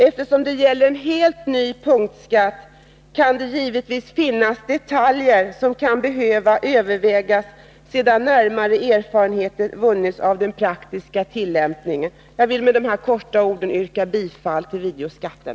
Eftersom det gäller en helt ny punktskatt, kan det givetvis finnas detaljer som kan behöva övervägas sedan närmare erfarenheter vunnits genom den praktiska tillämpningen. Med de här få orden yrkar jag bifall till förslaget om videoskatten.